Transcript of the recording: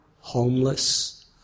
homeless